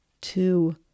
two